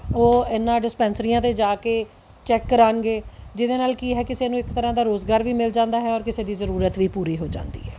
ਉਹ ਇਹਨਾਂ ਡਿਸਪੈਂਸਰੀਆਂ ਤੇ ਜਾ ਕੇ ਚੈੱਕ ਕਰਾਉਣਗੇ ਜਿਹਦੇ ਨਾਲ ਕੀ ਹੈ ਕਿਸੇ ਨੂੰ ਇੱਕ ਤਰ੍ਹਾਂ ਦਾ ਰੋਜ਼ਗਾਰ ਵੀ ਮਿਲ ਜਾਂਦਾ ਹੈ ਔਰ ਕਿਸੇ ਦੀ ਜ਼ਰੂਰਤ ਵੀ ਪੂਰੀ ਹੋ ਜਾਂਦੀ ਹੈ